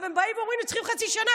באים ואומרים לי: צריך חצי שנה,